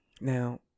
Now